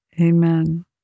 Amen